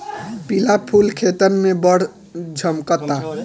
पिला फूल खेतन में बड़ झम्कता